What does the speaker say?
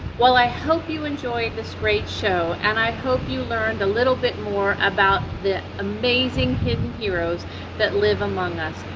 well i hope you enjoyed this great show and i hope you learned a little bit more about the amazing hidden heroes that live among us,